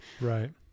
right